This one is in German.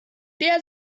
der